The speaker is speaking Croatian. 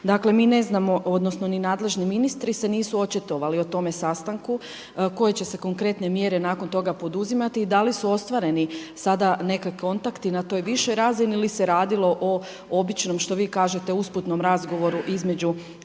Dakle mi ne znamo odnosno ni nadležni ministri se nisu očitovali o tome sastanku koje će se konkretne mjere nakon toga poduzimati i da li su ostvareni sada neki kontakti na toj višoj razini ili se radilo o obično, što vi kažete usputnom razgovoru između